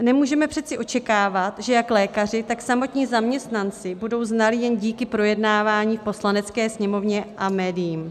Nemůžeme přece očekávat, že jak lékaři, tak samotní zaměstnanci budou znalí jen díky projednávání v Poslanecké sněmovně a médiím.